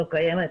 לא קיימת,